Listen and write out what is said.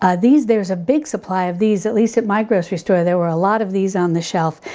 ah these there's a big supply of these at least at my grocery store, there were a lot of these on the shelf,